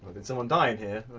but did someone die in here?